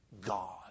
God